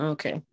Okay